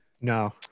No